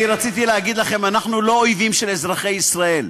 אני רציתי להגיד לכם: אנחנו לא אויבים של אזרחי ישראל.